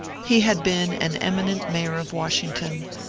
he had been an eminent mayor of washington,